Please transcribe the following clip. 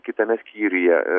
kitame skyriuje